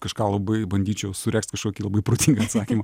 kažką labai bandyčiau suregzt kažkokį labai protingą atsakymą